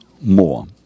More